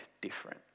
different